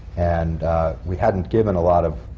and we hadn't given a lot of,